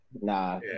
Nah